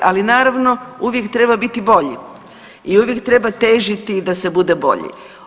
Ali naravno uvijek treba biti bolji i uvijek treba težiti da se bude bolji.